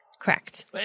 Correct